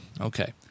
Okay